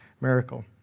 miracle